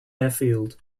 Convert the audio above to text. airfield